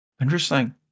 Interesting